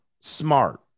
smart